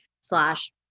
slash